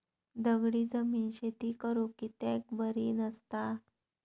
दगडी जमीन शेती करुक कित्याक बरी नसता?